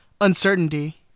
uncertainty